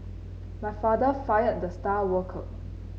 my father fired the star worker